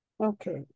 Okay